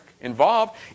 involved